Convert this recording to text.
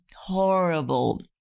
Horrible